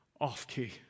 off-key